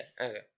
Okay